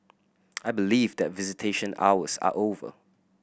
I believe that visitation hours are over